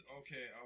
okay